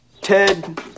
Ted